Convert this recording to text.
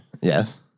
Yes